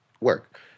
work